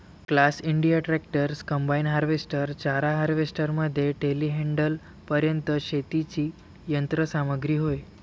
class India tractors, combine harvester, चारा harvester मध्ये टेलीहँडलरपर्यंत शेतीची यंत्र सामग्री होय